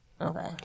Okay